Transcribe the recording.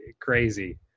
crazy